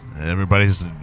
Everybody's